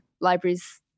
libraries